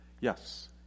Yes